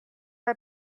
are